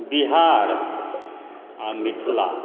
बिहार आओर मिथिला